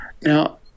Now